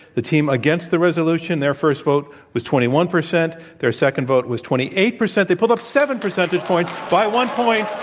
the team against the resolution, their first vote was twenty one percent. their second vote was twenty eight percent. they pulled up seven percentage points. by one point,